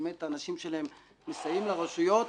האנשים שלהם מסייעים לרשויות,